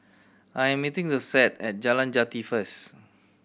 I'm meeting Josette at Jalan Jati first